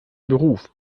beruf